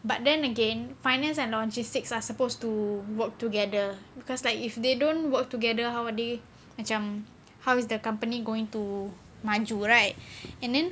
but then again finance and logistics are supposed to work together because like if they don't work together how are they macam how is the company going to maju right and then